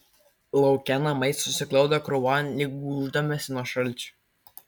lauke namai susiglaudę krūvon lyg gūždamiesi nuo šalčio